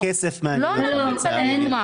רק כסף מעניין אותם.